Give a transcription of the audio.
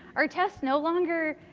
our tests no longer